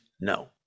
no